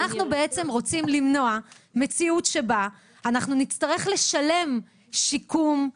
אנחנו בעצם רוצים למנוע מציאות שבה אנחנו נצטרך לשלם שיקום,